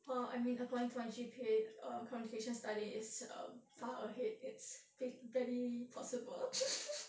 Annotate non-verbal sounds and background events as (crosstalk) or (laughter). well I mean according to my G_P_A um communications study is um far ahead it's barely possible (laughs)